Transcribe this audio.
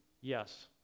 Yes